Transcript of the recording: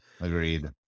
Agreed